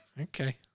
Okay